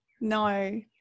no